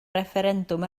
refferendwm